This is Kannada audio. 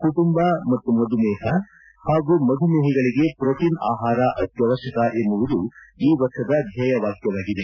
ಕುಟುಂಬ ಮತ್ತು ಮಧುಮೇಹ ಹಾಗೂ ಮಧುಮೇಹಿಗಳಿಗೆ ಪೊಟೀನ್ ಆಹಾರ ಅತ್ಯವಶ್ಕಕ ಎನ್ನುವುದು ಈ ವರ್ಷದ ಧ್ಯೇಯ ವಾಕ್ಯವಾಗಿದೆ